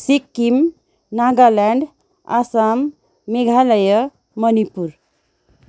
Sikkim Nagaland Assam Meghalaya Manipur